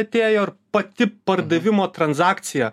atėjo ir pati pardavimo transakcija